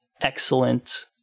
excellent